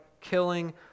killing